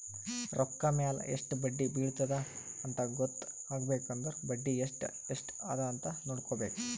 ರೊಕ್ಕಾ ಮ್ಯಾಲ ಎಸ್ಟ್ ಬಡ್ಡಿ ಬಿಳತ್ತುದ ಅಂತ್ ಗೊತ್ತ ಆಗ್ಬೇಕು ಅಂದುರ್ ಬಡ್ಡಿ ಎಸ್ಟ್ ಎಸ್ಟ್ ಅದ ಅಂತ್ ನೊಡ್ಕೋಬೇಕ್